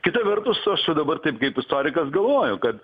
kita vertus aš dabar taip kaip istorikas galvoju kad